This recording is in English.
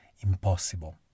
impossible